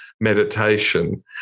meditation